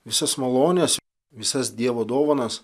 visas malones visas dievo dovanas